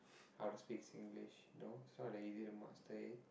how to speak Singlish you know it's not that easy to master it